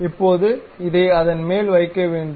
இப்போது இதை அதன் மேல் வைக்க வேண்டும்